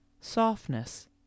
softness